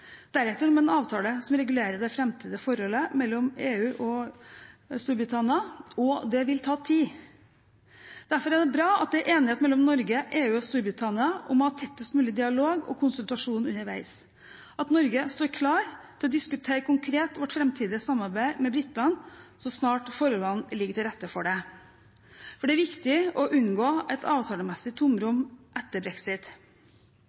deretter om en avtale som regulerer det framtidige forholdet mellom EU og Storbritannia, og det vil ta tid. Derfor er det bra at det er enighet mellom Norge, EU og Storbritannia om å ha tettest mulig dialog og konsultasjon underveis, og at Norge står klar til å diskutere konkret vårt framtidige samarbeid med britene så snart forholdene ligger til rette for det. Det er viktig å unngå et avtalemessig tomrom etter brexit.